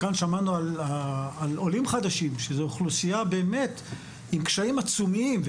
כאן שמענו על עולים חדשים שזה אוכלוסייה באמת עם קשיים עצומים.